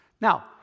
now